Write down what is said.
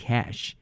Cash